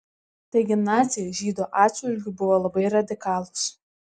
taigi naciai žydų atžvilgiu buvo labai radikalūs